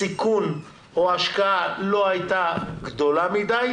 הסיכון או ההשקעה לא הייתה גדולה מדיי,